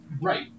Right